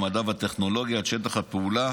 המדע והטכנולוגיה את שטח הפעולה: